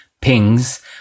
pings